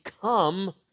come